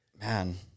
man